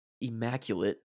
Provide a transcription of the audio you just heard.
immaculate